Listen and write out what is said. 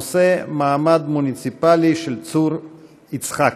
הנושא: המעמד המוניציפלי של צור יצחק.